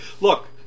Look